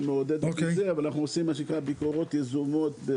מעודד אבל אנחנו עושים ביקורות יזומות.